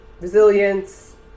resilience